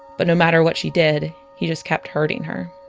but no matter what she did, he just kept hurting her